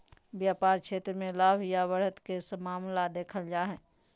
व्यापार क्षेत्र मे लाभ या बढ़त के मामला देखल जा हय